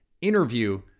interview